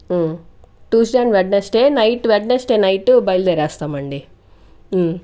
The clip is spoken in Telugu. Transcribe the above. Tuesday and Wednesday night Wednesday night బయలుదేరేస్తామండి